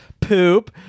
poop